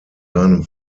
seinem